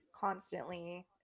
constantly